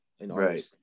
Right